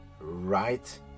right